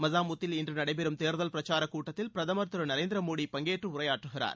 மசாமுத்தில் இன்று நடைபெறும் தேர்தல் பிரச்சாரக் கூட்டத்தில் பிரதமர் திரு நரேந்திர மோடி பங்கேற்று உரையாற்றுகிறார்